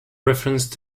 reference